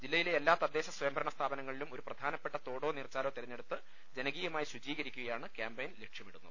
ജില്ലയിലെ എല്ലാ തദ്ദേശ സ്വയംഭരണ സ്ഥാപനങ്ങളിലും ഒരു പ്രധാനപ്പെട്ട തോടോ നീർച്ചാലോ തിരഞ്ഞെടുത്ത് ജനകീയമായി ശുചീകരിക്കുകയാണ് ക്യാമ്പയിനിലൂടെ ലക്ഷ്യമിടുന്നത്